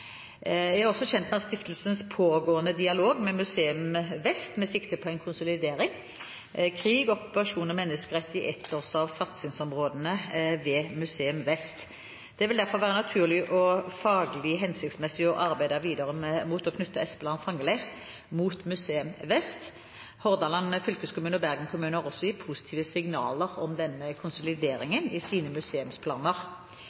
Jeg er kjent med stiftelsens pågående dialog med Museum Vest med sikte på en konsolidering. Krig, okkupasjon og menneskerettigheter er ett av satsingsområdene ved Museum Vest. Det vil derfor være naturlig og faglig hensiktsmessig å arbeide videre mot å knytte Espeland fangeleir mot Museum Vest. Hordaland fylkeskommune og Bergen kommune har også gitt positive signaler om denne konsolideringen i sine museumsplaner.